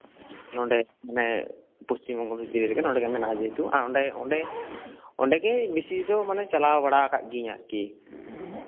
ᱱᱚᱰᱮ ᱯᱚᱥᱪᱤᱢᱵᱚᱝᱜᱚ ᱵᱷᱤᱛᱤᱨ ᱨᱮᱜᱮ ᱟᱨ ᱱᱚᱰᱮ ᱟᱨ ᱚᱱᱰᱮᱜᱮ ᱵᱮᱥᱤ ᱫᱚ ᱪᱟᱞᱟᱣ ᱵᱟᱲᱟ ᱠᱟᱜ ᱜᱮᱭᱟᱧ ᱟᱨᱠᱤ